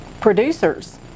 producers